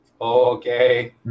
okay